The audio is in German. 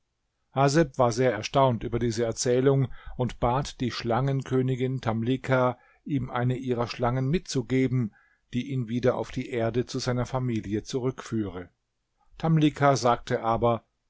war sehr erstaunt über diese erzählung und bat die schlangenkönigin tamlicha ihm eine ihrer schlangen mitzugeben die ihn wieder auf die erde zu seiner familie zurückführe tamlicha sagte aber